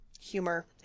humor